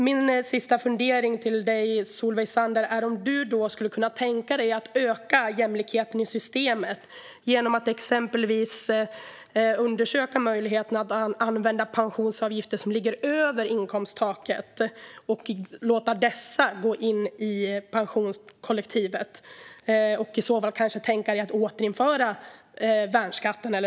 Min fundering till Solveig Zander är om hon skulle kunna tänka sig att öka jämlikheten i systemet genom att exempelvis undersöka möjligheten att använda pensionsavgifter som ligger över inkomsttaket och låta dessa gå in i pensionskollektivet och om ni i så fall kanske kan tänka er att återinföra värnskatten.